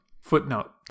Footnote